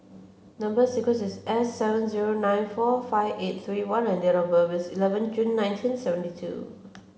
number sequence is S seven zero nine four five eight three one and date of birth is eleven June nineteen seventy two